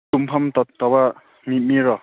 ꯇꯨꯝꯐꯝ ꯇꯧꯕ ꯃꯤꯔꯣ